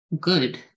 good